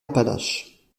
appalaches